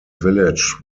village